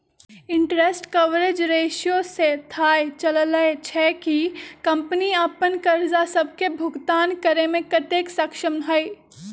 interest coverage ratio से थाह चललय छै कि कंपनी अप्पन करजा सभके भुगतान करेमें कतेक सक्षम हइ